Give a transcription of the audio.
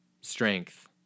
strength